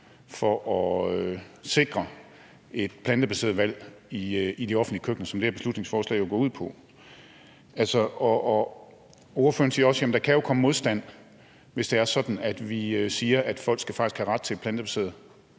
for at sikre et plantebaseret valg i de offentlige køkkener, som det her beslutningsforslag jo går ud på. Og ordføreren siger også: Jamen der kan jo komme modstand, hvis det er sådan, at vi siger, at folk faktisk skal have ret til et plantebaseret valg.